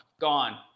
gone